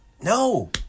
No